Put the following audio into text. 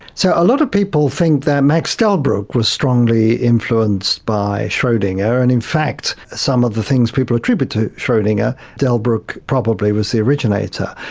so a lot of people think that max delbruck was strongly influenced by schrodinger. and in fact some of the things people attribute to schrodinger, delbruck probably was the originator,